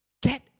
get